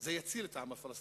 זה יציל את העם הפלסטיני,